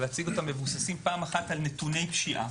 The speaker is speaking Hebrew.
הם מבוססים על נתוני פשיעה.